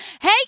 hey